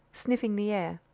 sniffing the air.